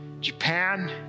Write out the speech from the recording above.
Japan